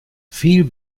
viel